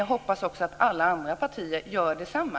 Jag hoppas också att alla andra partier gör detsamma.